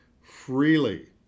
freely